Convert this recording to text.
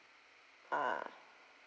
ah